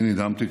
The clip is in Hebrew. אני נדהמתי,